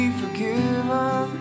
forgiven